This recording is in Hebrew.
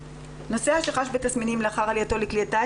נוסע שחש בתסמינים לאחר עלייתו לכלי הטיס